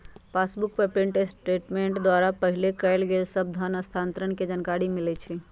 passbook पर print statement द्वारा पहिले कएल गेल सभ धन स्थानान्तरण के जानकारी मिलइ छइ